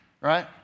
right